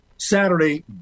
Saturday